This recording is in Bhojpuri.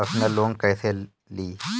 परसनल लोन कैसे ली?